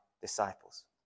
disciples